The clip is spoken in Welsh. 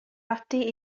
ati